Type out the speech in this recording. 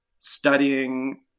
studying